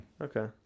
Okay